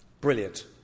brilliant